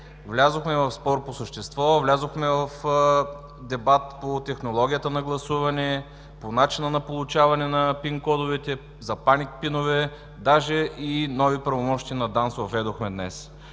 Влязохме в спор по същество, влязохме в дебат по технологията на гласуване, по начина на получаване на ПИН- кодовете, за паник ПИНОВЕ, даже и нови правомощия на ДАНС въведохме днес.